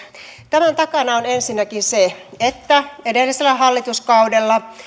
tämän takana on ensinnäkin se että edellisellä hallituskaudella